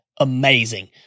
amazing